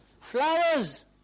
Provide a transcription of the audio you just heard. Flowers